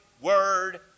word